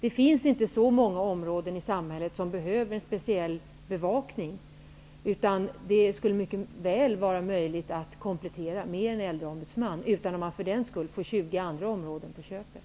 Det finns inte så många områden i samhället som behöver en speciell bevakning, utan det skulle mycket väl vara möjligt att komplettera med en äldreombudsman, utan att man för den skull får 20 andra områden på köpet.